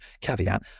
caveat